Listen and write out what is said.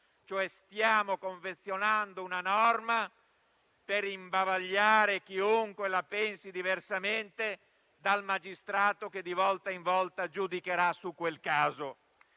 Stiamo cioè confezionando una norma per imbavagliare chiunque la pensi diversamente dal magistrato che di volta in volta giudicherà su quel caso.